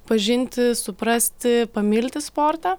pažinti suprasti pamilti sportą